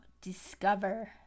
discover